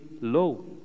low